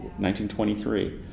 1923